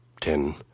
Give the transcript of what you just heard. ten